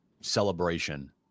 celebration